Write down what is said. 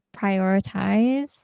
Prioritize